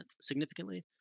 significantly